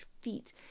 feet